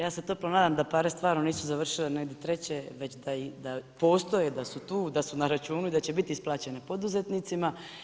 Ja se toplo nadam da pare stvarno nisu završile negdje treće već da postoje, da su tu, da su na računu i da će biti isplaćene poduzetnicima.